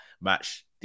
match